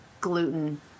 gluten